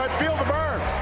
feel the bern!